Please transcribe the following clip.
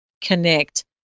connect